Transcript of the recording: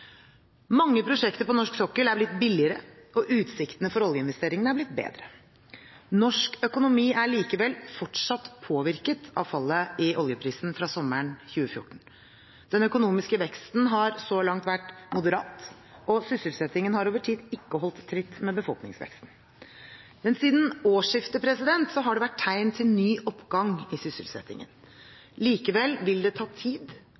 Mange prosjekter på norsk sokkel er blitt billigere, og utsiktene for oljeinvesteringene er blitt bedre. Norsk økonomi er likevel fortsatt påvirket av fallet i oljeprisen fra sommeren 2014. Den økonomiske veksten har så langt vært moderat, og sysselsettingen har over tid ikke holdt tritt med befolkningsveksten. Siden årsskiftet har det vært tegn til ny oppgang i sysselsettingen. Likevel vil det ta tid